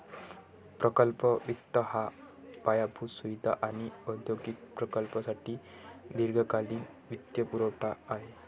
प्रकल्प वित्त हा पायाभूत सुविधा आणि औद्योगिक प्रकल्पांसाठी दीर्घकालीन वित्तपुरवठा आहे